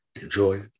enjoy